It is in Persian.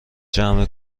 جمع